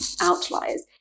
Outliers